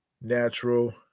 natural